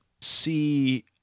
see